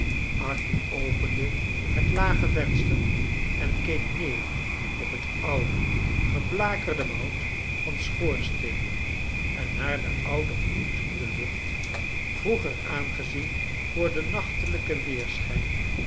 arthur opende het lage venster en keek neer op het oude geblakerde woud van schoorsteenen en naar den ouden gloed in de lucht vroeger aangezien voor den nachtelijken weersohijn